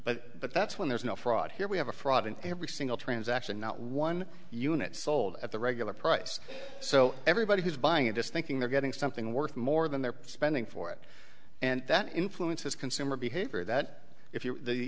but that's when there's no fraud here we have a fraud in every single transaction not one unit sold at the regular price so everybody who's buying it is thinking they're getting something worth more than they're spending for it and that influences consumer behavior that if you